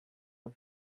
off